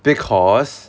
because